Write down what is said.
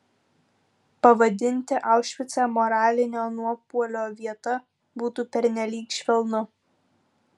pavadinti aušvicą moralinio nuopuolio vieta būtų pernelyg švelnu